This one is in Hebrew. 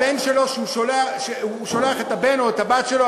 ומי ששולח לשם את הבן או הבת שלו,